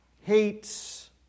hates